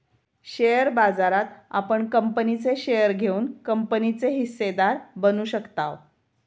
share बाजारात आपण कंपनीचे शेअर घेऊन कंपनीचे हिस्सेदार बनू शकताव